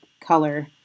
color